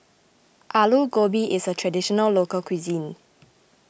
Alu Gobi is a Traditional Local Cuisine